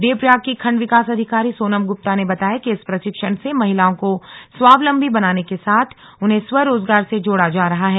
देवप्रयाग की खंड विकास अधिकारी सोनम ग्रुप्ता ने बताया कि इस प्र क्षण से महिलाओं को स्वावलंबी बनाने के साथ उन्हें स्वरोजगार से जोड़ा जा रहा है